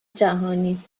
جهانی